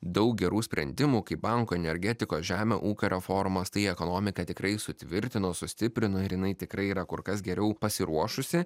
daug gerų sprendimų kaip bankų energetikos žemė ūkio reformos tai ekonomiką tikrai sutvirtino sustiprino ir jinai tikrai yra kur kas geriau pasiruošusi